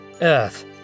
Earth